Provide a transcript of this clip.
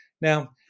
Now